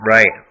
Right